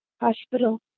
Hospital